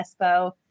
Espo